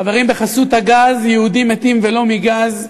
חברים, בחסות הגז יהודים מתים, ולא מגז.